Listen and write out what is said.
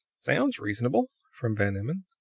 sounds reasonable, from van emmon.